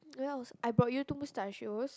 what else I bought you to Mustachios